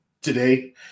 today